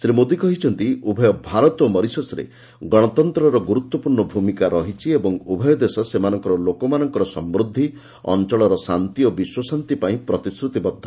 ଶ୍ରୀ ମୋଦୀ କହିଛନ୍ତି ଉଭୟ ଭାରତ ଓ ମରିସସ୍ରେ ଗଣତନ୍ତ୍ରର ଗୁରୁତ୍ୱପୂର୍ଣ୍ଣ ଭୂମିକା ରହିଛି ଓ ଉଭୟ ଦେଶ ସେମାନଙ୍କର ଲୋକମାନଙ୍କର ସମୃଦ୍ଧି ଅଞ୍ଚଳର ଶାନ୍ତି ଓ ବିଶ୍ୱଶାନ୍ତି ପାଇଁ ପ୍ରତିଶ୍ରତିବଦ୍ଧ